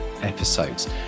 episodes